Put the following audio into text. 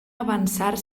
avançar